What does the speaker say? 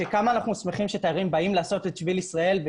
שכמה אנחנו שמחים שתיירים באים לעשות את שביל ישראל,